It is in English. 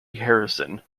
harrison